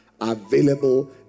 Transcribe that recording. available